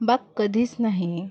बाग कधीच नाही